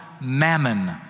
mammon